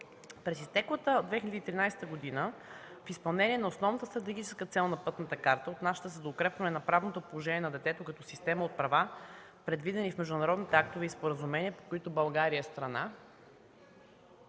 През изтеклата 2013 г. в изпълнение на основната стратегическа цел на пътната карта, отнасяща се до укрепване на правното положение на детето като система от права, предвидени в международните актове и споразумения, по които България е страна,